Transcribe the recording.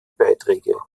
beiträge